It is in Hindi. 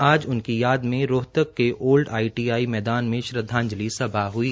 आज उनकी याद में रोहतक के ओल्ड आईटीआई मैदान में श्रद्धांजलि सभा हुई